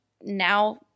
now